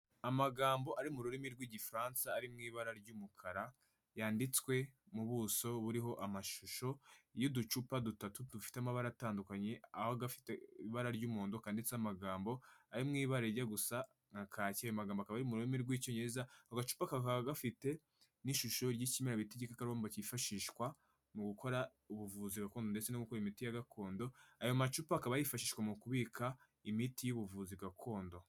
Amagambo ari mu rurimi rw'Igifaransa ari mu ibara ry'umukara, yanditswe mu buso buriho amashusho y'uducupa dutatu dufite amabara atandukanye, aho gafite ibara ry'umuhondo kanditseho amagambo ari mu ibara rijya gusa nka kake, ayo magambo akaba ari mu rurimi rw'Icyongereza, ako gacupa kakaba gafite n'ishusho y'ikimera bita igikakarubamba kifashishwa mu gukora ubuvuzi gakondo ndetse no gukora imiti ya gakondo, ayo macupa akaba yifashishwa mu kubika imiti y'ubuvuzi gakondo.